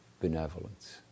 benevolence